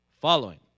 following